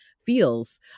feels